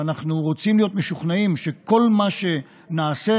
ואנחנו רוצים להיות משוכנעים שכל מה שנעשה